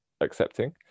accepting